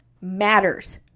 matters